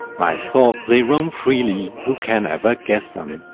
my thoughts they roam freely, who can ever guess them?